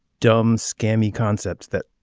dumb scamming concepts that